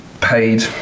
paid